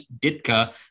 Ditka